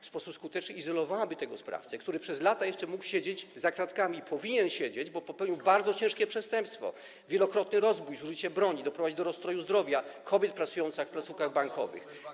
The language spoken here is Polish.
w sposób skuteczny izolowałaby tego sprawcę, który przez lata jeszcze mógł siedzieć za kratkami, i powinien siedzieć, bo popełnił bardzo ciężkie przestępstwo, wielokrotny rozbój z użyciem broni, doprowadził do rozstroju zdrowia kobiet pracujących w placówkach bankowych.